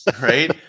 Right